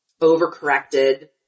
overcorrected